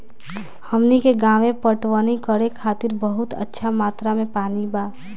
हमनी के गांवे पटवनी करे खातिर बहुत अच्छा मात्रा में पानी बा